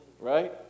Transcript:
right